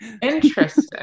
interesting